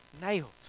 nailed